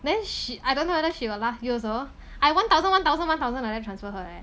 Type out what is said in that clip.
then sh~ I don't know whether she got laugh you also I one thousand one thousand one thousand like that transfer her eh